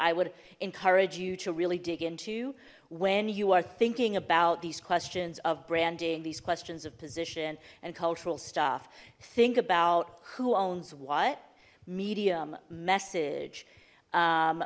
i would encourage you to really dig into when you are thinking about these questions of branding these questions of position and cultural stuff think about who owns what medium message